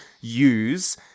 use